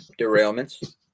derailments